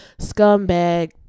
scumbag